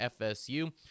FSU